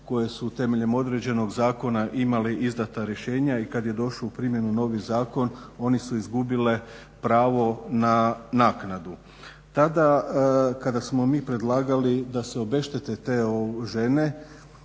koje su temeljem određenog zakona imale izdata rješenja i kad je došao u primjenu novi zakon one su izgubile pravo na naknadu. Tada kada smo mi predlagali da se obeštete te žene